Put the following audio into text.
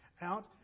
out